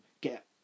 get